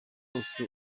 rwose